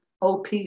OP